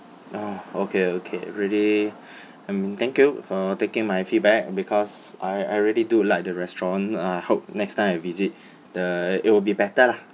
orh okay okay really um thank you for taking my feedback because I I really do like the restaurant I hope next time I visit the it will be better lah